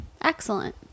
Excellent